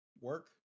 work